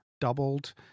doubled